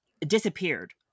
disappeared